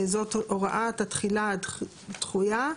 זאת הוראת התחילה הדחויה,